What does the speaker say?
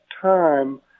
time